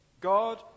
God